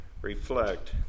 reflect